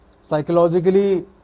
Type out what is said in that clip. Psychologically